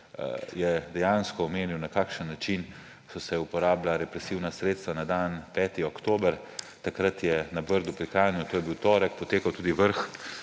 je dejansko omenil, na kakšen način so se uporabljala represivna sredstva na dan 5. oktobra. Takrat je na Brdu pri Kranju, to je bil torek, potekal tudi Vrh